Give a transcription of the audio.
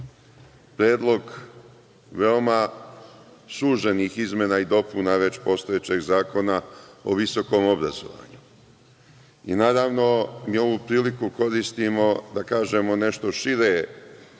predlog veoma suženih izmena i dopuna već postojećeg Zakona o visokom obrazovanju. Naravno, i ovu priliku koristimo da kažemo nešto šire